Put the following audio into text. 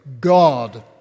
God